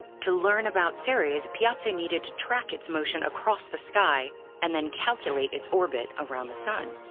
to learn about ceres, piazzi needed to track its motion across the sky and then calculate its orbit around the sun.